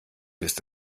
bist